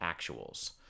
actuals